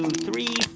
three,